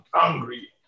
angry